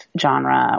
genre